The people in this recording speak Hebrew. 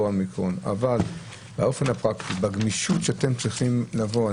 אבל בגמישות שאתם צריכים לבוא,